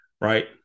right